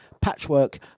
Patchwork